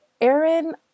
Aaron